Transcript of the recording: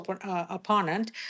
opponent